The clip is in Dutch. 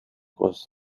was